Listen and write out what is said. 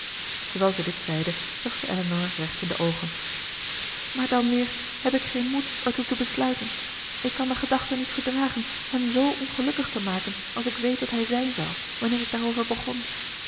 terwijl ze dit zeide zag ze elinor recht in de oogen maar dàn weer heb ik geen moed ertoe te besluiten ik kan de gedachte niet verdragen hem zoo ongelukkig te maken als ik weet dat hij zijn zou wanneer ik daarover begon